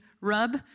rub